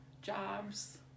jobs